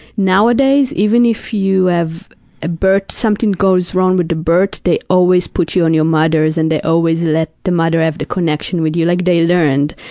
nowadays, even if you have a birth, something goes wrong with the birth, they always put you on your mother and they always let the mother have the connection with you. like, they learned.